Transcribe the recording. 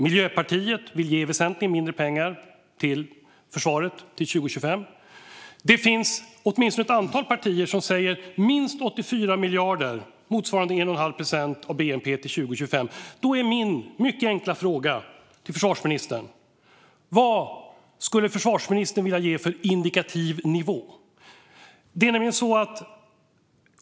Miljöpartiet vill ge väsentligt mindre pengar till försvaret till 2025. Ett antal partier säger minst 84 miljarder - motsvarande 1,5 procent av bnp - till 2025. Min enkla fråga till försvarsministern är därför: Vilken indikativ nivå vill försvarsministern ge?